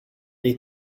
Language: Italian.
dei